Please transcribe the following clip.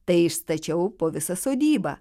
tai išstačiau po visą sodybą